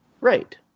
Right